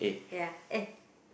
ya eh